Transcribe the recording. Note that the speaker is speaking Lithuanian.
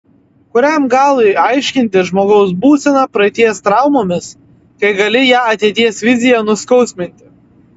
kuriam galui aiškinti žmogaus būseną praeities traumomis kai gali ją ateities vizija nuskausminti